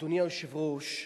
אדוני היושב-ראש,